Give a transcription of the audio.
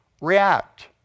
react